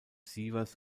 sievers